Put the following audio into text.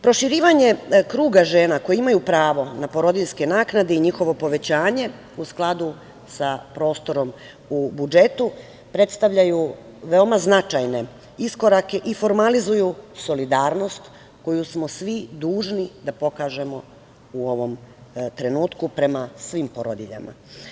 Proširivanje kruga žena koje imaju pravo na porodiljske naknade i njihovo povećanje, u skladu sa prostorom u budžetu, predstavljaju veoma značajne iskorake i formalizuju solidarnost koju smo svi dužni da pokažemo u ovom trenutku prema svim porodiljama.